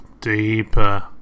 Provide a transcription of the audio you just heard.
deeper